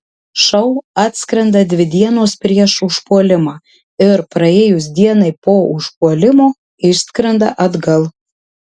šou atskrenda dvi dienos prieš užpuolimą ir praėjus dienai po užpuolimo išskrenda atgal